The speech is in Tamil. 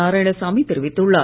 நாராயணசாமி தெரிவித்துள்ளார்